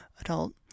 adult